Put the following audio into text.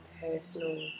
personal